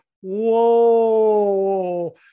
Whoa